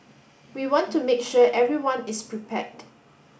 we want to make sure everyone is prepared